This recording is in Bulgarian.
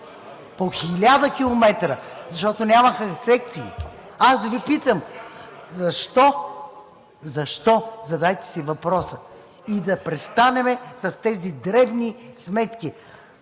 По хиляда километра, защото нямаха секции! Аз Ви питам защо? Защо? Задайте си въпроса и да престанем с тези дребни сметки,